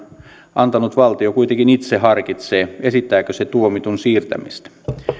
antanut valtio kuitenkin itse harkitsee esittääkö se tuomitun siirtämistä